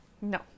No